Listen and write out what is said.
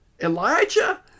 Elijah